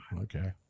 okay